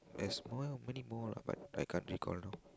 there's more many more lah but I can't recall now